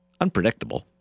unpredictable